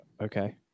Okay